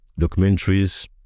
documentaries